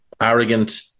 arrogant